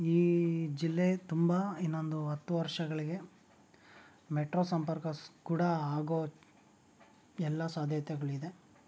ಈ ಜಿಲ್ಲೆ ತುಂಬ ಇನ್ನೊಂದು ಹತ್ತು ವರ್ಷಗಳಿಗೆ ಮೆಟ್ರೋ ಸಂಪರ್ಕ ಕೂಡಾ ಆಗೋ ಎಲ್ಲ ಸಾಧ್ಯತೆಗಳಿದೆ